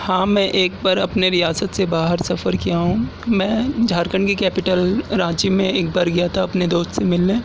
ہاں میں ایک بار اپنے ریاست سے باہر سفر کیا ہوں میں جھارکھنڈ کی کیپیٹل رانچی میں ایک بار گیا تھا اپنے دوست سے ملنے